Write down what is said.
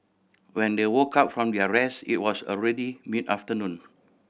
when they woke up from their rest it was already mid afternoon